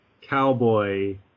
cowboy